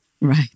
Right